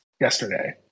yesterday